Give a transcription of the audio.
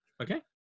Okay